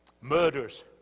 murders